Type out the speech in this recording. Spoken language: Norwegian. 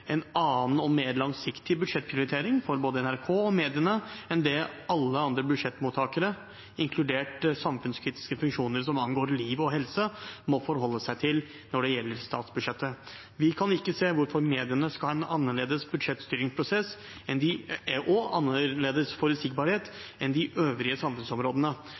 en annen og mer langsiktig budsjettprioritering for både NRK og mediene enn det alle andre budsjettmottakere, inkludert samfunnskritiske funksjoner som angår liv og helse, må forholde seg til når det gjelder statsbudsjettet. Vi kan ikke se hvorfor mediene skal ha en annerledes budsjettstyringsprosess og annerledes forutsigbarhet enn de øvrige samfunnsområdene.